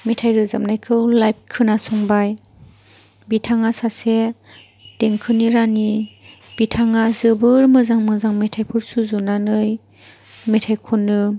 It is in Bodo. मेथाइ रोजाबनायखौ लाइभ खोनासंबाय बिथाङा सासे देंखोनि रानि बिथाङा जोबोर मोजां मोजां मेथाइफोर सुजुनानै मेथाइ खनो